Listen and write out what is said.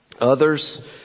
Others